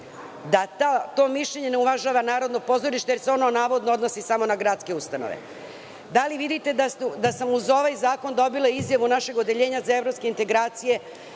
da to mišljenje ne uvažava Narodno pozorište, jer se ono navodno odnosi samo na gradske ustanove? Da li vidite da sam uz ovaj zakon dobila izjavu našeg Odeljenja za evropske integracije,